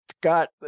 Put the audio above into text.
got